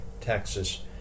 Texas